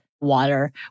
water